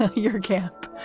ah your camp